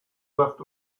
left